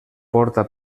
porta